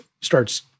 starts